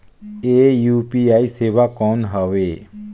ये यू.पी.आई सेवा कौन हवे?